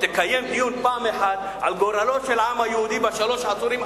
תקיים פעם אחת דיון על גורלו של העם היהודי בשלושת העשורים,